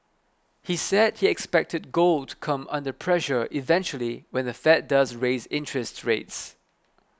he said he expected gold to come under pressure eventually when the Fed does raise interest rates